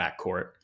backcourt